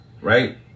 right